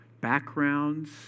backgrounds